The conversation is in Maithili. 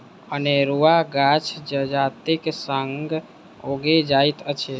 अनेरुआ गाछ जजातिक संग उगि जाइत अछि